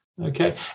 Okay